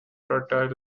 fertile